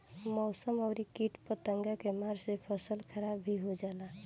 मौसम अउरी किट पतंगा के मार से फसल खराब भी हो जाला